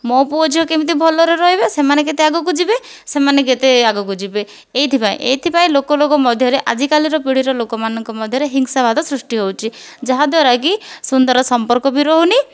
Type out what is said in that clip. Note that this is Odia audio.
ମୋ' ପୁଅ ଝିଅ କେମିତି ଭଲରେ ରହିବେ ସେମାନେ କେତେ ଆଗକୁ ଯିବେ ସେମାନେ କେତେ ଆଗକୁ ଯିବେ ଏଇଥିପାଇଁ ଏଇଥିପାଇଁ ଲୋକ ଲୋକ ମଧ୍ୟରେ ଆଜିକାଲିର ପିଢ଼ିର ଲୋକମାନଙ୍କ ମଧ୍ୟରେ ହିଂସାବାଦ ସୃଷ୍ଟି ହେଉଛି ଯାହାଦ୍ୱାରାକି ସୁନ୍ଦର ସମ୍ପର୍କ ବି ରହୁନାହିଁ